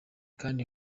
kandi